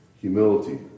humility